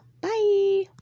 bye